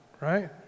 right